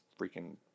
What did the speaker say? freaking